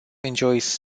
enjoys